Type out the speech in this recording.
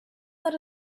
let